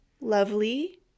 lovely